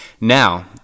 Now